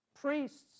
priests